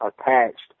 attached